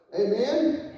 amen